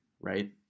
right